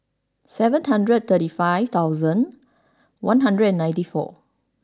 seven hundred thirty five thousand one hundred and ninety four